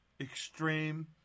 extreme